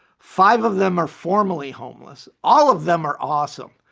five of them are formerly homeless, all of them are awesome.